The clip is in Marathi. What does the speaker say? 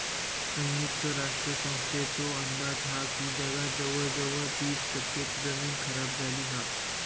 संयुक्त राष्ट्र संस्थेचो अंदाज हा की जगात जवळजवळ तीस टक्के जमीन खराब झाली हा